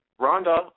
Rhonda